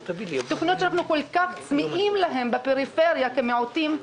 תוכניות שאנחנו כל כך צמאים להן בפריפריה כמיעוטים,